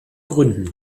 gründen